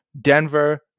Denver